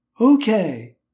Okay